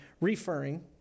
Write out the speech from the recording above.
referring